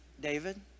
David